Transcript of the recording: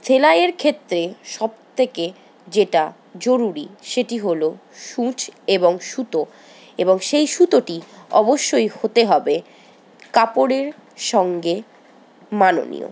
সেলাইয়ের ক্ষেত্রে সব থেকে যেটা জরুরি সেটি হল সূচ এবং সুতো এবং সেই সুতোটি অবশ্যই হতে হবে কাপড়ের সঙ্গে মাননীয়